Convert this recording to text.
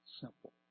simple